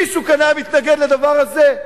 מישהו כאן היה מתנגד לדבר הזה?